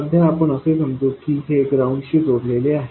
सध्या आपण असे समजू कि हे ग्राउंड शी जोडलेले आहे